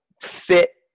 fit